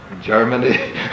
Germany